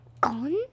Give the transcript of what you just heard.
gone